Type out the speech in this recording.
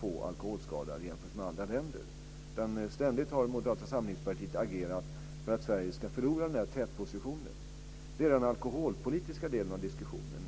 få alkoholskador jämfört med andra länder. Ständigt har Moderata samlingspartiet agerat för att Sverige ska förlora den här tätpositionen. Det är den alkoholpolitiska delen av diskussionen.